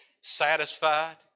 satisfied